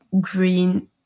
green